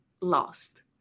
lost